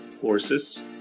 horses